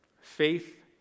faith